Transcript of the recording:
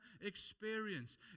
experience